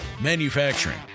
Manufacturing